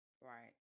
right